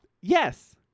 Yes